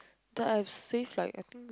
that I've saved like I think